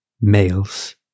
males